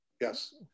yes